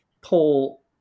Paul